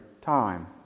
time